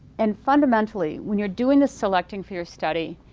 and fundamentally, when you're doing the selecting for your study,